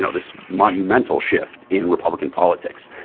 this monumental shift in republican politics,